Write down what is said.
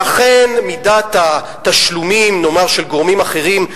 ואכן מידת התשלומים של גורמים אחרים,